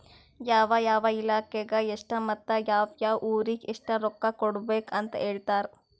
ಯಾವ ಯಾವ ಇಲಾಖೆಗ ಎಷ್ಟ ಮತ್ತ ಯಾವ್ ಯಾವ್ ಊರಿಗ್ ಎಷ್ಟ ರೊಕ್ಕಾ ಕೊಡ್ಬೇಕ್ ಅಂತ್ ಹೇಳ್ತಾರ್